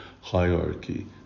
hierarchy